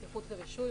בטיחות ורישוי,